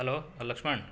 hello Lakshman